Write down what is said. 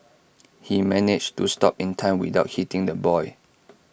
he managed to stop in time without hitting the boy